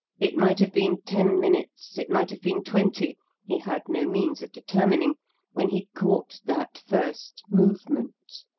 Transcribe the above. it might have been ten minutes, it might have been twenty he had no means of determining when he caught that first movement,